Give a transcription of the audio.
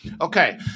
Okay